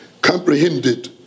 comprehended